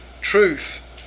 truth